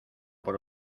por